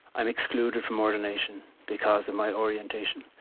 i'm excluded from ordination because of my orientation.